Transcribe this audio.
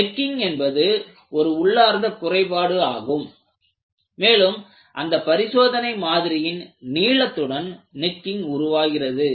necking என்பது ஒரு உள்ளார்ந்த குறைபாடு ஆகும் மேலும் அந்த பரிசோதனை மாதிரியின் நீளத்துடன் நெக்கிங் உருவாகிறது